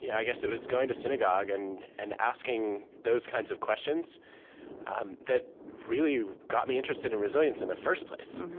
yeah i guess it was going to synagogue and and asking those kinds of questions um that really got me interested in resilience in the first place.